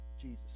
Jesus